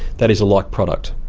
that is a like product.